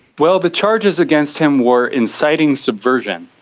well, the charges against him were inciting subversion.